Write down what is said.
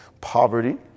Poverty